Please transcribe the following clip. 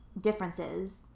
differences